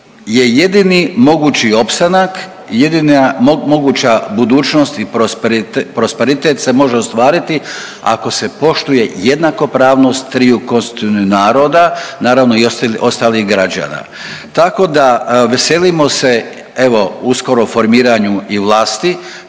jedini mogući opstanak, jedina moguća budućnost i prosperitet se može ostvariti ako se poštuje jednakopravnost triju konstitutivnih naroda, naravno i ostalih građana. Tako da veselimo se evo uskoro formiranju i vlasti